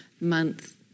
month